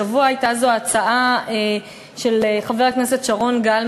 השבוע הייתה זו הצעה של חבר הכנסת שרון גל,